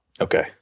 Okay